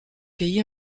pays